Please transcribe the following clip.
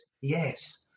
Yes